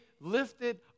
lifted